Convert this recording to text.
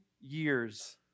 years